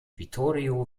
vittorio